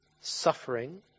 suffering